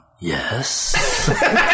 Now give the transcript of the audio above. yes